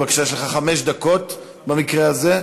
בבקשה, יש לך חמש דקות במקרה הזה.